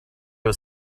his